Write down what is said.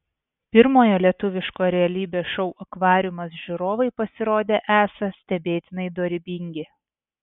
pirmojo lietuviško realybės šou akvariumas žiūrovai pasirodė esą stebėtinai dorybingi